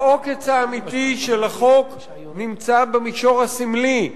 העוקץ האמיתי של החוק נמצא במישור הסמלי,